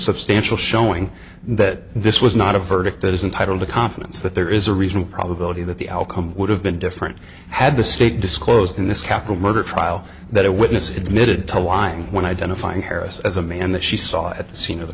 substantial showing that this was not a verdict that is entitle to confidence that there is a reasonable probability that the outcome would have been different had the state disclosed in this capital murder trial that a witness admitted to lying when identifying harris as a man that she saw at the scene of the